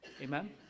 Amen